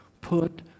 Put